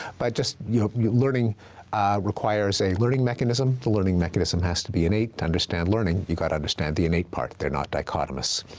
but just you know learning requires a learning mechanism. the learning mechanism has to be innate. to understand learning, you gotta understand the innate part. they're not dichotomous.